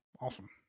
Awesome